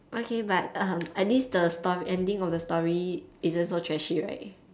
okay but um at least the story ending of the story isn't so trashy right